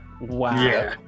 Wow